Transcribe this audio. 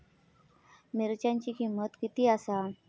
मिरच्यांची किंमत किती आसा?